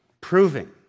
proving